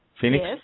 Phoenix